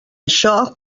això